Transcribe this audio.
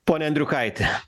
pone andriukaiti